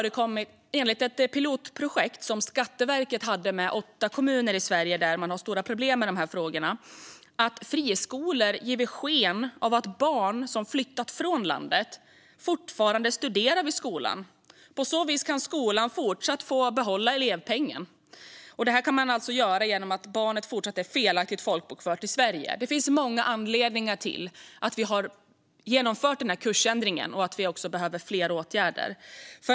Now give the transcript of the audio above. Enligt ett pilotprojekt som Skatteverket hade med åtta kommuner i Sverige som har stora problem med de här frågorna har det också förekommit att friskolor givit sken av att barn som flyttat från landet fortfarande studerar vid skolan. På så vis får skolan behålla elevpengen. Det kan man alltså göra genom att barnet felaktigt fortsätter vara folkbokfört i Sverige. Det finns många anledningar till att vi har genomfört den här kursändringen och att vi behöver fler åtgärder.